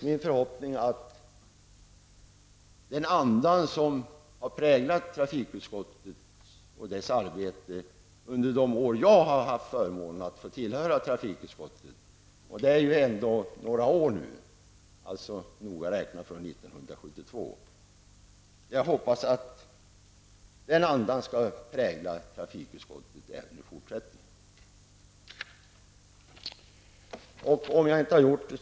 Min förhoppning är naturligtvis att den anda som har präglat trafikutskottet och dess arbete under de år jag har haft förmånen att få tillhöra trafikutskottet sedan 1972, skall prägla utskottet även i fortsättningen. Herr talman!